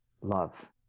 love